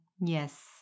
Yes